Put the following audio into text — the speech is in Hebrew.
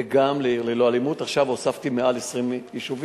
וגם ל"עיר ללא אלימות" עכשיו הוספתי מעל 20 יישובים.